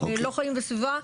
לא חיים וסביבה,